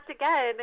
again